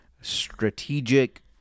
strategic